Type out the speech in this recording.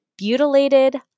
butylated